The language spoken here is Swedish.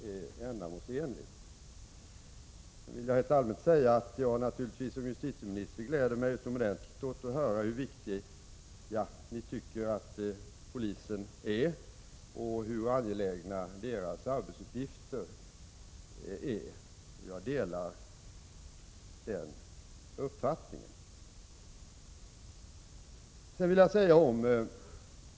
1986/87:59 Rent allmänt vill jag säga att jag som justitieminister naturligtvis gläder 26 januari 1987 mig utomordentligt åt att höra hur viktig polisen är enligt er uppfattning och hur angelägna polisens arbetsuppgifter är. Jag delar den uppfattningen.